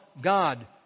God